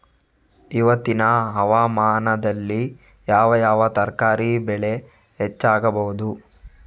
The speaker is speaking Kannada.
ಇವತ್ತಿನ ಹವಾಮಾನದಲ್ಲಿ ಯಾವ ಯಾವ ತರಕಾರಿ ಬೆಳೆ ಹೆಚ್ಚಾಗಬಹುದು?